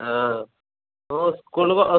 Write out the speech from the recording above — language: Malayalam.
ആ ഓൻ സ്കൂള്